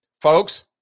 folks